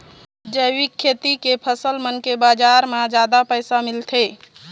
जैविक खेती के फसल मन के बाजार म जादा पैसा मिलथे